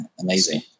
amazing